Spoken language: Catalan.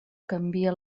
canvia